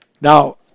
Now